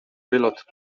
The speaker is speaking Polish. wylot